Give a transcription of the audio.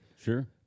Sure